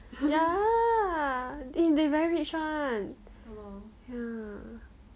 ya eh they very rich one